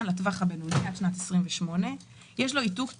לטווח הבינוני עד שנת 2028. יש לו איתות ברור,